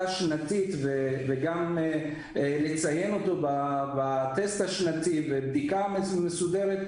שנתית וגם לציין אותה בטסט השנתי בבדיקה מסודרת,